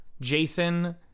Jason